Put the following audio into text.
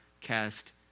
cast